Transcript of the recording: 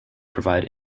provide